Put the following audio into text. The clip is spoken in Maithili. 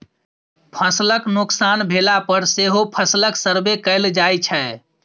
फसलक नोकसान भेला पर सेहो फसलक सर्वे कएल जाइ छै